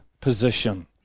position